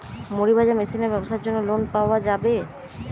মুড়ি ভাজা মেশিনের ব্যাবসার জন্য লোন পাওয়া যাবে?